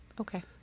Okay